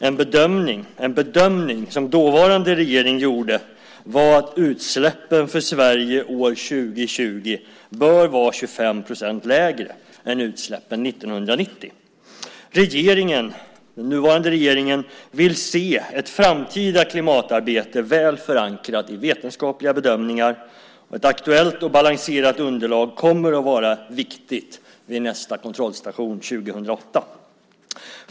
En bedömning som dåvarande regering gjorde var att utsläppen för Sverige år 2020 bör vara 25 % lägre än utsläppen 1990. Den nuvarande regeringen vill se ett framtida klimatarbete väl förankrat i vetenskapliga bedömningar. Ett aktuellt och balanserat underlag kommer att vara viktigt vid nästa kontrollstation 2008.